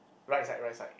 right side right side